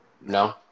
no